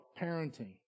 parenting